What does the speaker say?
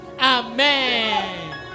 Amen